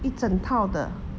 一整套的